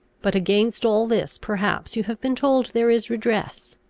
but against all this perhaps you have been told there is redress.